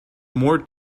more